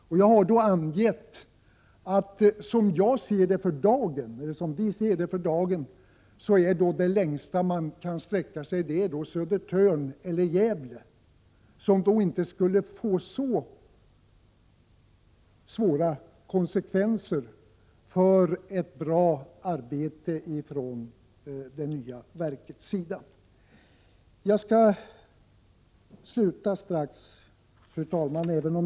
Som vi för dagen ser det är det längsta man kan sträcka sig — det har vi också angivit — en utlokalisering till Södertörn eller Gävle, vilket 53 inte skulle få så svåra konsekvenser för det nya verkets arbete. Jag skall strax sluta mitt anförande, fru talman.